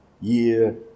year